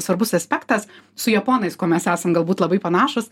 svarbus aspektas su japonais kuo mes esam galbūt labai panašūs